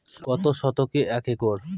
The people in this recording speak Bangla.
কত শতকে এক একর?